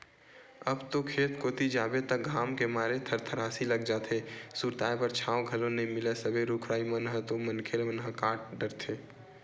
अब तो खेत कोती जाबे त घाम के मारे थरथरासी लाग जाथे, सुरताय बर छांव घलो नइ मिलय सबे रुख राई मन ल तो मनखे मन ह काट डरथे